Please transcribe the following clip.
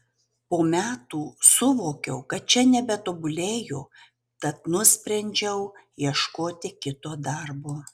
po metų suvokiau kad čia nebetobulėju tad nusprendžiau ieškoti kito darbo